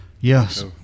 Yes